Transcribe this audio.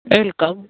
welcome